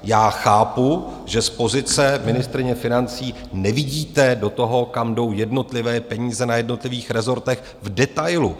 Já chápu, že z pozice ministryně financí nevidíte do toho, kam jdou jednotlivé peníze na jednotlivých rezortech v detailu.